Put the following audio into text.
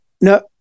no